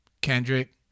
Kendrick